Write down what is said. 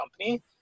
company